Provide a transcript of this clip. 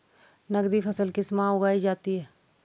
नकदी फसल किस माह उगाई जाती है?